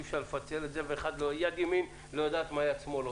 אי אפשר לפצל את זה ויד ימין לא יודעת מה יד שמאל עושה.